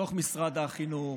בתוך משרד החינוך,